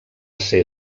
ser